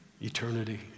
eternity